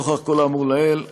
נוכח כל האמור לעיל,